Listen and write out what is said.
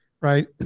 Right